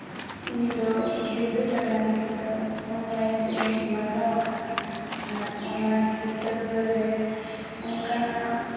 ᱤᱧ ᱫᱚ ᱵᱤᱸᱫᱩᱼᱪᱟᱸᱫᱟᱱ ᱠᱤᱛᱟᱹᱵ ᱚᱱᱞᱟᱭᱤᱱ ᱛᱮᱧ ᱢᱟᱜᱟᱣ ᱟᱠᱟᱫᱼᱟ ᱟᱨ ᱚᱱᱟ ᱠᱤᱛᱟᱹᱵ ᱨᱮ ᱚᱱᱠᱟᱱᱟᱜ